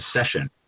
session